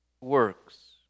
works